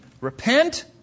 repent